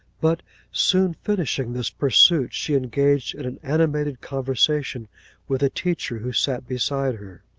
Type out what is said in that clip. but soon finishing this pursuit, she engaged in an animated conversation with a teacher who sat beside her.